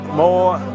more